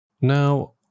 Now